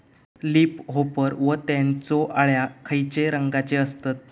Leaf hopper व त्यानचो अळ्या खैचे रंगाचे असतत?